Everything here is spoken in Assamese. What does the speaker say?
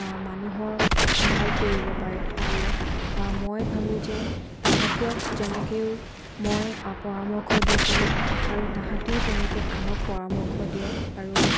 মানুহক সহায় কৰিব পাৰে আৰু মই ভাবোঁ যে তাহাঁতক যেনেকৈ মই পৰামৰ্শ দিছিলোঁ আৰু তাহাঁতেও তেনেকৈ আনক পৰামৰ্শ দিয়ক আৰু